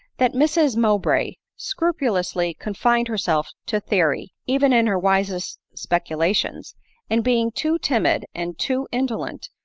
that mrs mowbray scrupulously confined herself to theory, even in her wisest speculations and being too timid, and too indolent,